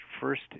first